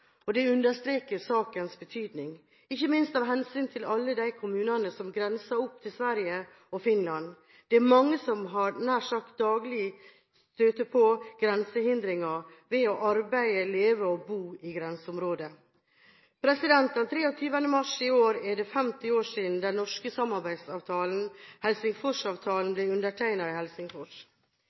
Det understreker sakens betydning, ikke minst av hensyn til alle de kommunene som grenser opp til Sverige og Finland. Det er mange som nær sagt daglig støter på grensehindringer ved å arbeide, leve og bo i grenseområdene. Den 23. mars i år er det 50 år siden den nordiske samarbeidsavtalen, Helsingforsavtalen, ble undertegnet i